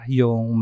yung